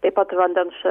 taip pat vandens